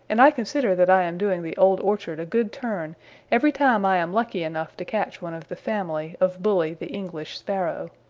and i consider that i am doing the old orchard a good turn every time i am lucky enough to catch one of the family of bully the english sparrow.